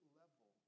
level